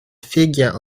figure